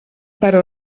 però